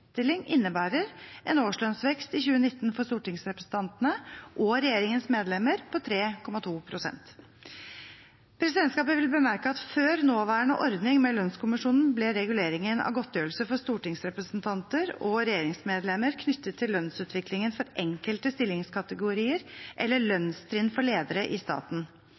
innstilling innebærer en årslønnsvekst i 2019 for stortingsrepresentantene og regjeringens medlemmer på 3,2 pst. Presidentskapet vil bemerke at før nåværende ordning med lønnskommisjonen ble reguleringen av godtgjørelse for stortingsrepresentanter og regjeringsmedlemmer knyttet til lønnsutviklingen for enkelte stillingskategorier eller lønnstrinn for ledere i staten.